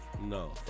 No